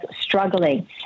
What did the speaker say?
struggling